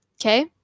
Okay